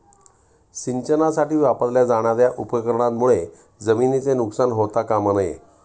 सिंचनासाठी वापरल्या जाणार्या उपकरणांमुळे जमिनीचे नुकसान होता कामा नये